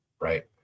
right